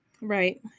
right